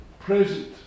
present